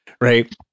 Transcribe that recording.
right